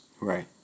Right